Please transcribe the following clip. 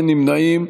אין נמנעים.